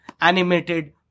animated